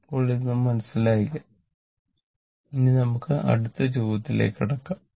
ഇപ്പോൾ ഇത് മനസ്സിലായില്ലേ ഇനി നമുക്ക് അടുത്ത ചോദ്യത്തിലേക്ക് കടക്കാം